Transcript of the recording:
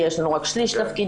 כי יש לנו רק שליש תפקידים.